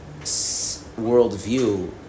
worldview